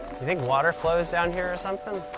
think water flows down here or something?